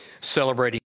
celebrating